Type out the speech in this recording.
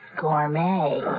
Gourmet